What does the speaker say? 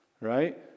right